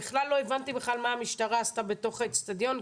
לא הבנתי בכלל מה המשטרה עשתה בתוך האצטדיון,